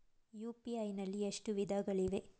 UPI ನಲ್ಲಿ ಎಷ್ಟು ವಿಧಗಳಿವೆ?